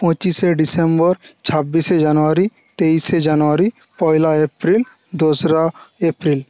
পঁচিশে ডিসেম্বর ছাব্বিশে জানুয়ারি তেইশে জানুয়ারি পয়লা এপ্রিল দোসরা এপ্রিল